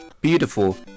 beautiful